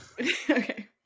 Okay